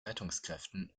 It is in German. rettungskräften